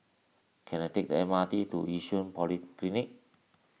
can I take the M R T to Yishun Polyclinic